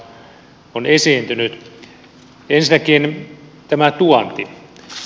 ensinnäkin tämä tuonti